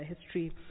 history